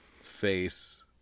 face